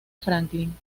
franklin